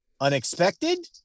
unexpected